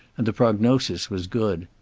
and the prognosis was good.